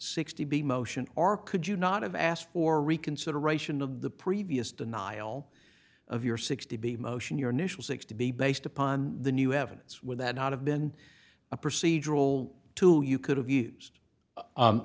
sixty b motion or could you not have asked for reconsideration of the previous denial of your sixty b motion your initial six to be based upon the new evidence would that not have been a procedural to you could have u